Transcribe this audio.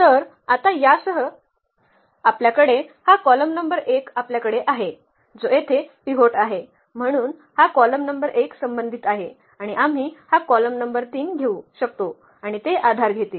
तर आता यासह आपल्याकडे हा कॉलम नंबर 1 आपल्याकडे आहे जो येथे पिव्होट आहे म्हणून हा कॉलम नंबर 1 संबंधित आहे आणि आम्ही हा कॉलम नंबर 3 घेऊ शकतो आणि ते आधार घेतील